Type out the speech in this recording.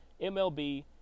MLB